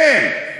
אין.